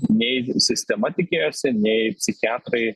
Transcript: nei sistema tikėjosi nei psichiatrai